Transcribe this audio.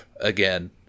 again